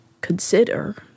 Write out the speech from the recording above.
consider